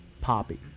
poppy